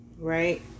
right